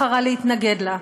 בחרה להתנגד לה.